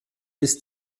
bis